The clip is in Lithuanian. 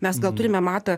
mes gal turime matą